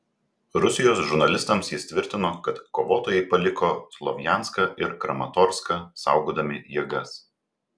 rusijos žurnalistams jis tvirtino kad kovotojai paliko slovjanską ir kramatorską saugodami jėgas